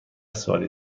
سوالی